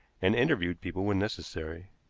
and interviewed people when necessary.